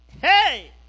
hey